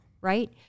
right